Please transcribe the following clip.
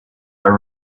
our